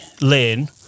lane